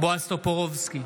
בועז טופורובסקי,